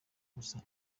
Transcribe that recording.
gusa